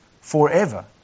forever